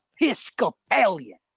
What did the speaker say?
Episcopalian